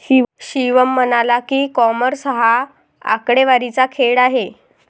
शिवम म्हणाला की, कॉमर्स हा आकडेवारीचा खेळ आहे